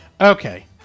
Okay